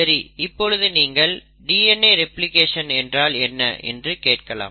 சரி இப்பொழுது நீங்கள் DNA ரெப்ளிகேஷன் என்றால் என்ன என்று கேட்கலாம்